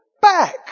back